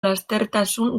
lastertasun